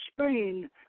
Spain